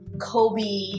Kobe